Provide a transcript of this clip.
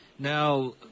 Now